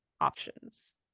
options